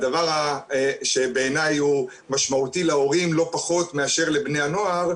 הדבר שבעיניי הוא משמעותי להורים לא פחות מאשר לבני הנוער,